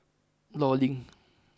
Law Link